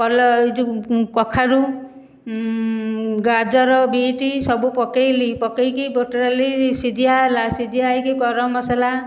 କଲ ଏହି ଯେଉଁ କଖାରୁ ଗାଜର ବିଟ୍ ସବୁ ପକାଇଲି ପକାଇକି ବୁଟ ଡାଲି ସିଝିଆ ହେଲା ସିଝିଆ ହୋଇକି ଗରମ ମସଲା